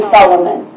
Solomon